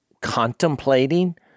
contemplating